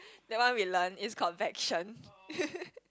that one we learn is convection